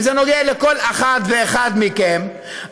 וזה נוגע לכל אחד ואחת מכם,